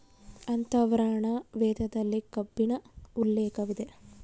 ಅಥರ್ವರ್ಣ ವೇದದಲ್ಲಿ ಕಬ್ಬಿಣ ಉಲ್ಲೇಖವಿದೆ